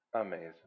Amazing